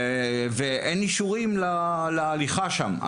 שמונעות לקבל אישורים להליכה שם.